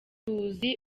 tuzi